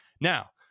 Now